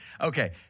Okay